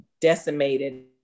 decimated